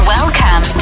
Welcome